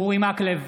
אורי מקלב,